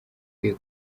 rwego